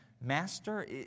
Master